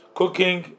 cooking